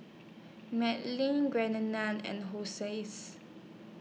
Melvyn and Hosea's